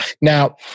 Now